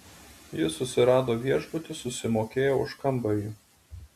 jis susirado viešbutį susimokėjo už kambarį